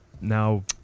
now